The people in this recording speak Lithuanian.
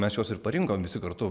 mes juos ir parinkom visi kartu